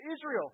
Israel